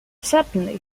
certainly